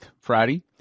Friday